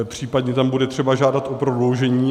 Případně tam bude třeba žádat o prodloužení.